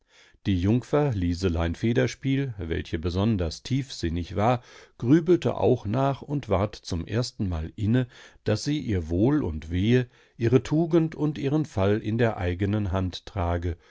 die jungfer liselein federspiel welche besonders tiefsinnig war grübelte auch nach und ward zum erstenmal inne daß sie ihr wohl und wehe ihre tugend und ihren fall in der eigenen hand trage